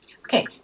Okay